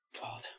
God